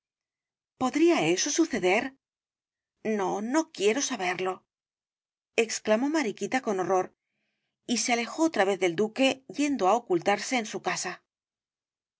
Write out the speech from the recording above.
podría eso suceder no no quiero saberlo exclamó mariquita con horror y se alejó otra vez del duque yendo á ocultarse en su casa